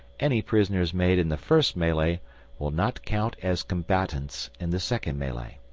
any prisoners made in the first melee will not count as combatants in the second melee.